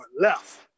left